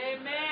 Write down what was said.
Amen